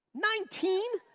nineteen?